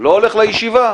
לא הולך לישיבה?